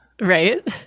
Right